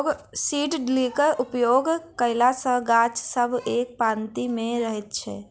seed ड्रिलक उपयोग कयला सॅ गाछ सब एक पाँती मे रहैत छै